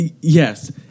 yes